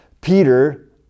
peter